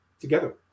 together